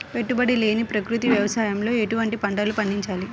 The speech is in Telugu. పెట్టుబడి లేని ప్రకృతి వ్యవసాయంలో ఎటువంటి పంటలు పండించాలి?